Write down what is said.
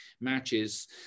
matches